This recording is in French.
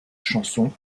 chansons